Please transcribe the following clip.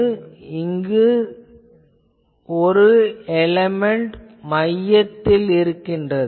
எனவே இங்கு ஒரு எலேமென்ட் மையத்தில் உள்ளது